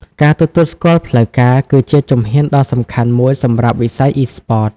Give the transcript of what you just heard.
ការទទួលស្គាល់ផ្លូវការ គឺជាជំហានដ៏សំខាន់មួយសម្រាប់វិស័យអុីស្ព័ត។